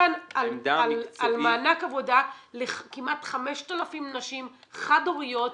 על מענק עבודה לכמעט ל-5,000 נשים חד הוריות,